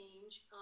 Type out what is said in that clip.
change